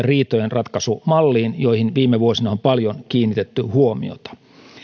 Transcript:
riitojenratkaisumalliin joihin viime vuosina on paljon kiinnitetty huomiota